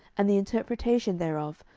and the interpretation thereof,